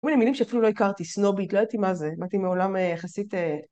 אמרו לי מילים שאפילו לא הכרתי, סנובית, לא ידעתי מה זה, באתי מעולם יחסית...